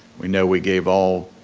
we know we gave all,